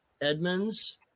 Edmonds